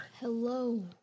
Hello